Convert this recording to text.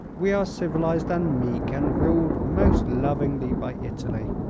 we are civilized and meek, and ruled most lovingly by italy.